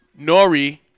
Nori